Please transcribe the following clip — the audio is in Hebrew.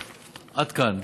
עד כאן.